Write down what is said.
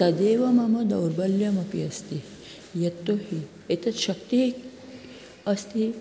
तदेव मम दौर्बल्यमपि अस्ति यतो हि एतत् शक्तिः अस्ति